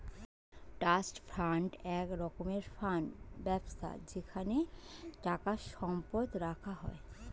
trust fund এক রকমের fund ব্যবস্থা যেখানে টাকা সম্পদ রাখা হয়